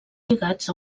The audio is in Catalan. lligats